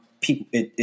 people